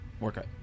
workout